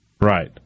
Right